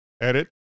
Edit